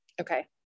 Okay